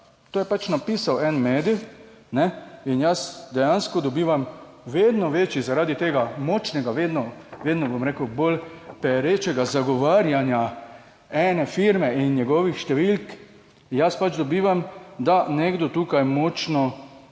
To je pač napisal en medij, ne? In jaz dejansko dobivam vedno večji, zaradi tega močnega, vedno, vedno, bom rekel, bolj perečega zagovarjanja ene firme in njegovih številk, jaz pač dobivam, da nekdo tukaj močno,